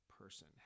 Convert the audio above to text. person